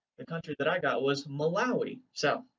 the country that i got was malawi. so,